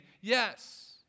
Yes